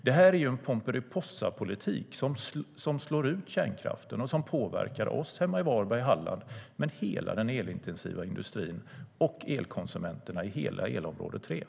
Det är en pomperipossapolitik som slår ut kärnkraften och påverkar oss hemma i Varberg och Halland, hela den elintensiva industrin och elkonsumenterna i hela elområde 3.